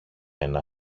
ένα